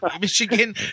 Michigan